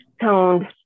toned